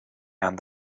and